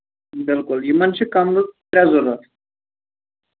بِلکُل یِمن چھِ کَمرٕ ترٛے ضروٗرت